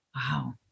Wow